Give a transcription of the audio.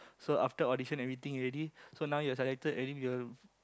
so after audition everything already so now you selected already you'll